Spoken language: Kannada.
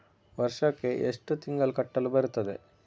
ವರ್ಷಕ್ಕೆ ಎಷ್ಟು ತಿಂಗಳು ಕಟ್ಟಲು ಬರುತ್ತದೆ?